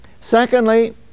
Secondly